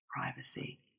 privacy